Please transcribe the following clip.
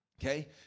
Okay